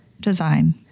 design